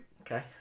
Okay